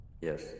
Yes